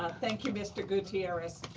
thank you, mr. gutierrez.